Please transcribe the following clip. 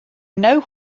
know